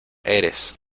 eres